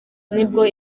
nibwo